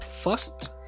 first